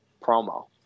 promo